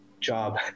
job